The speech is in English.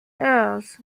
airs